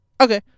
okay